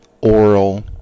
oral